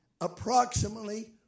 approximately